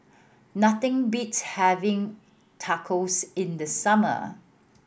nothing beats having Tacos in the summer